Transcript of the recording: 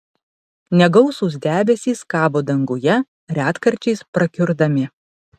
negausūs debesys kabo danguje retkarčiais prakiurdami